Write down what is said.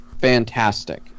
fantastic